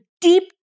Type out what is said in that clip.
deep